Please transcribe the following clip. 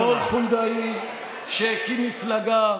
רון חולדאי, שהקים מפלגה,